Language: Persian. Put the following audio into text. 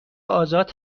آزاد